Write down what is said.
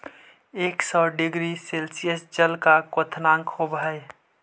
एक सौ degree Celsius जल के क्वथनांक होवऽ हई